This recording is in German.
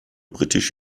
britisch